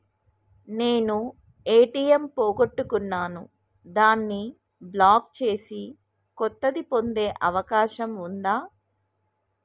నేను ఏ.టి.ఎం పోగొట్టుకున్నాను దాన్ని బ్లాక్ చేసి కొత్తది పొందే అవకాశం ఉందా?